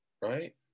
right